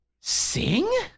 sing